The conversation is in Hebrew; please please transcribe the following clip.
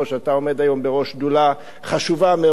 אתה עומד היום בראש שדולה חשובה מאוד,